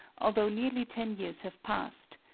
although nearly ten years have passed.